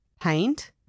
paint